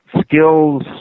skills